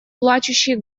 плачущий